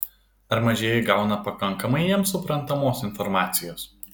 ar mažieji gauna pakankamai jiems suprantamos informacijos